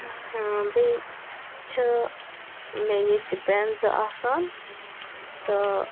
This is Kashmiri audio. بیٚیہِ چھِ مےٚ ییٚتہِ بیٚنزٕ آسان تہٕ